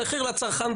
המחיר לצרכן,